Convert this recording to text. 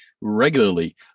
regularly